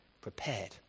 prepared